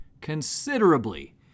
considerably